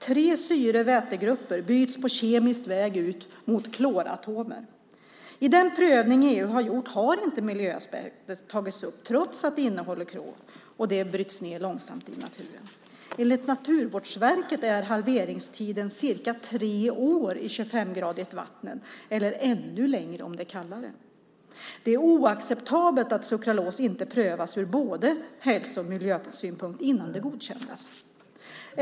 Tre syre och vätegrupper byts på kemisk väg ut mot kloratomer. I den prövning EU har gjort har inte miljöaspekter tagits upp trots att sukralos innehåller klor, som bryts ned långsamt i naturen. Enligt Naturvårdsverket är halveringstiden cirka tre år i 25-gradigt vatten eller ännu längre om det är kallare. Det är oacceptabelt att sukralos inte prövades ur både hälso och miljösynpunkt innan det godkändes.